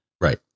Right